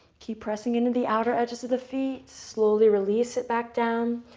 keep pressing into the outer edges of the feet. slowly release it back down.